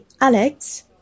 Alex